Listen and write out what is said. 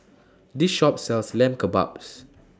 This Shop sells Lamb Kebabs